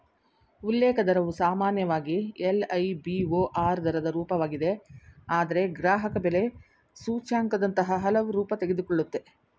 ಉಲ್ಲೇಖ ದರವು ಸಾಮಾನ್ಯವಾಗಿ ಎಲ್.ಐ.ಬಿ.ಓ.ಆರ್ ದರದ ರೂಪವಾಗಿದೆ ಆದ್ರೆ ಗ್ರಾಹಕಬೆಲೆ ಸೂಚ್ಯಂಕದಂತಹ ಹಲವು ರೂಪ ತೆಗೆದುಕೊಳ್ಳುತ್ತೆ